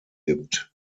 gibt